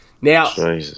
Now